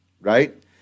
right